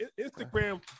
Instagram